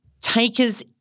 takers